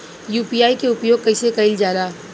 UPI के उपयोग कइसे कइल जाला?